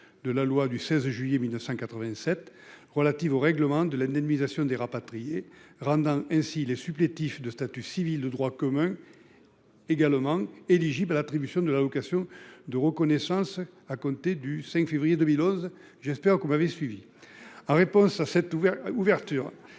de la loi du 16 juillet 1987 relatives au règlement de l'indemnisation des rapatriés, rendant ainsi les supplétifs de statut civil de droit commun. Également éligible à l'attribution de l'allocation de reconnaissance à compter du 5 février 2011. J'espère qu'on m'avait suivi en réponse à cette ouvert